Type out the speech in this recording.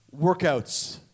workouts